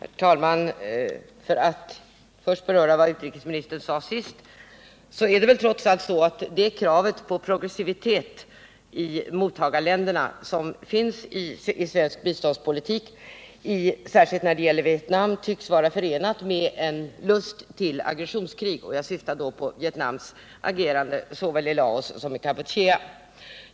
Herr talman! Jag vill först beröra vad utrikesministern sade senast. Trots allt tycks den progressivitet hos mottagarländerna som är ett krav i svensk biståndspolitik när det gäller Vietnam vara förenad med en lust till aggressionskrig; jag syftar då på Vietnams agerande såväl i Laos som i Kampuchea.